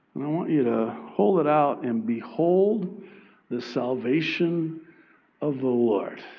i want you to hold it out and behold the salvation of the lord.